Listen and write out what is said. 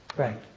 Right